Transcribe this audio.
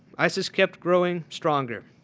isis kept growing stronger.